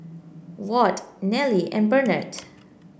Ward Nelly and Bernadette